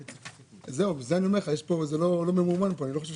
התקציב של המועצות הדתיות לשנת הכספים 2022. מי בעד?